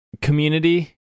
community